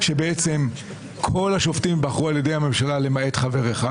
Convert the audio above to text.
אז, בבקשה, תדבר ברצף בלי להתייחס להפרעות.